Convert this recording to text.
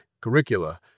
curricula